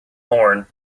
horn